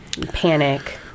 panic